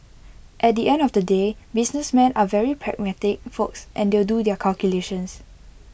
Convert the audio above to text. at the end of the day businessmen are very pragmatic folks and they'll do their calculations